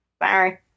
Sorry